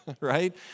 right